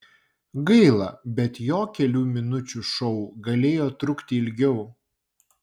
gaila bet jo kelių minučių šou galėjo trukti ilgiau